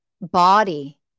body